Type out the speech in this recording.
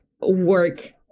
work